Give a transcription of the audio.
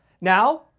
Now